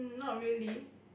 mm not really